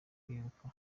kwibuka